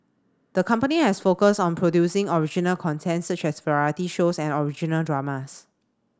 the company has focused on producing original content such as variety shows and original dramas